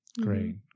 Great